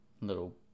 little